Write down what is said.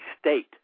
state